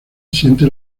siente